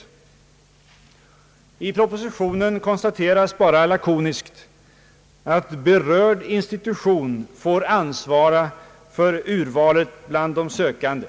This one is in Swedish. I propositionen konstateras bara lakoniskt »att berörd institution får ansvara för urvalet bland de sökande».